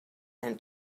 and